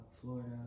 Florida